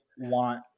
want